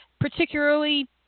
particularly